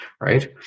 Right